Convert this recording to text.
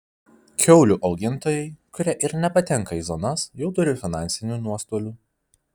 kiaulių augintojai kurie ir nepatenka į zonas jau turi finansinių nuostolių